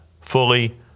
fully